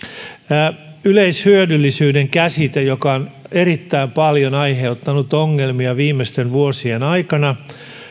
myös yleishyödyllisyyden käsite joka on erittäin paljon aiheuttanut ongelmia viimeisten vuosien aikana